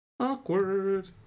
Awkward